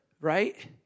right